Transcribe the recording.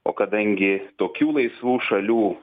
o kadangi tokių laisvų šalių